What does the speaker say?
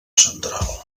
central